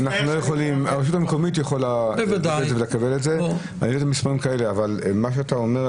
הרשות המקומית יכולה לקבל את זה אבל מה שאתה אומר,